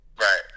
Right